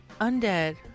undead